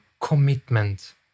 commitment